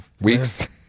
weeks